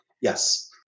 Yes